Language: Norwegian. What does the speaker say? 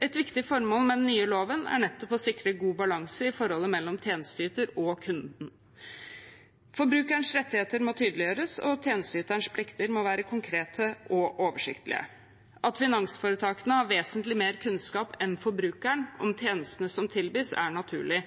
Et viktig formål med den nye loven er nettopp å sikre god balanse i forholdet mellom tjenesteyter og kunden. Forbrukerens rettigheter må tydeliggjøres, og tjenesteyterens plikter må være konkrete og oversiktlige. At finansforetakene har vesentlig mer kunnskap enn forbrukeren om tjenestene som tilbys, er naturlig,